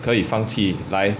可以放弃来